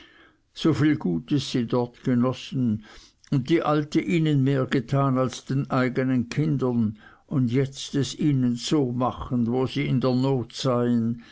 so viel gutes sie dort genossen und die alte ihnen mehr getan als den eigenen kindern und jetzt es ihnen so machen wo sie in der not seien